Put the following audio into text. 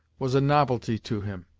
was a novelty to him.